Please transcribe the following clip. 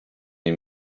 nie